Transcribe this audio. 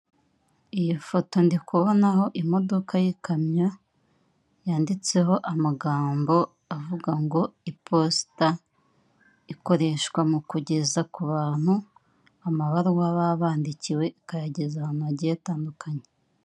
Iyi foto ndikubonaho imodoka y'ikamyo yanditseho amagambo avuga ngo iposita ikoreshwa mu kugeza ku bantu amabaruwa baba bandikiwe ikayageza ahantu hagiye hatandukanye.